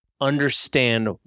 understand